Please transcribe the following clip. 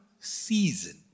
season